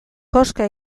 koska